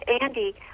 Andy